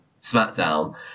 SmackDown